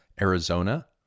Arizona